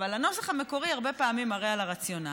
אבל הנוסח המקורי הרבה פעמים מראה את הרציונל.